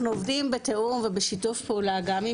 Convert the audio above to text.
אנחנו עובדים בתיאום ובשיתוף פעולה גם עם